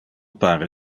pare